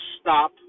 stop